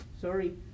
sorry